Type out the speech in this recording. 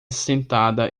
sentada